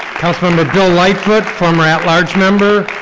councilmember bill lightfoot, from at-large member.